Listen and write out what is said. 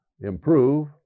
improve